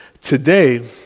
today